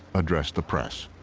addressed the press.